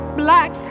black